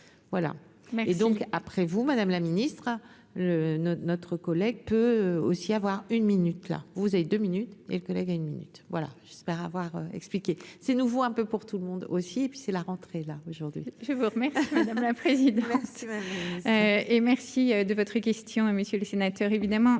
voilà et donc après vous, madame la ministre, le notre, notre collègue peut aussi avoir une minute là, vous avez 2 minutes et le collègue à une minute, voilà, j'espère avoir expliqué, c'est nouveau, un peu pour tout le monde aussi et puis c'est la rentrée là aujourd'hui. Je vous remercie, madame la présidente, et merci de votre question, et messieurs les sénateurs, évidemment